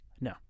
No